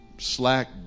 Slack